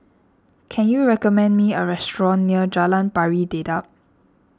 can you recommend me a restaurant near Jalan Pari Dedap